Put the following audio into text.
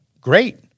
great